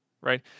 right